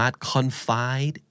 confide